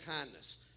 kindness